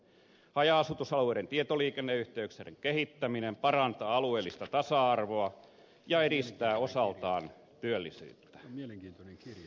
haja asutusalueiden tietoliikenneyhteyksien kehittäminen parantaa alueellista tasa arvoa ja edistää osaltaan työllisyyttä